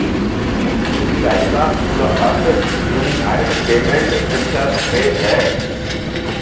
UPI का पूरा अर्थ यूनिफाइड पेमेंट इंटरफ़ेस है